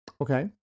Okay